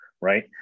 right